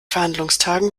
verhandlungstagen